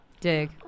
Dig